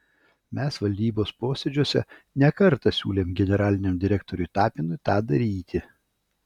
mes valdybos posėdžiuose ne kartą siūlėm generaliniam direktoriui tapinui tą daryti